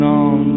on